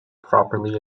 properly